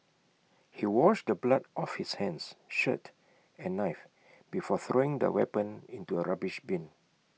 he washed the blood off his hands shirt and knife before throwing the weapon into A rubbish bin